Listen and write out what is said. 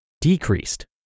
decreased